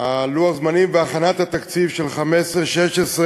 לוח הזמנים והכנת התקציב של 2015 2016,